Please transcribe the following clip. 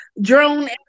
Drone